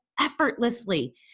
effortlessly